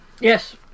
Yes